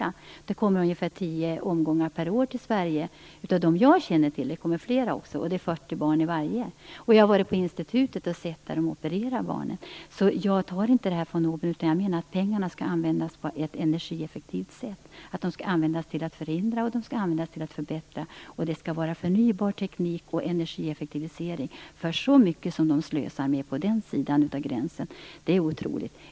Det kommer barn till Sverige i ungefär tio omgångar per år med 40 barn i varje. Det är dem som jag känner till, och det finns flera. Jag har varit på ett institut och sett när barnen opereras. Jag ser alltså inte detta från oben, utan jag menar att pengarna skall användas på ett energieffektivt sätt. De skall användas till att förhindra och förbättra. Det är förnybar teknik och energieffektivisering som skall gälla. Det är otroligt hur mycket det slösas på andra sidan gränsen.